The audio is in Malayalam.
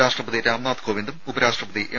രാഷ്ട്രപതി രാംനാഥ് കോവിന്ദും ഉപരാഷ്ട്രപതി എം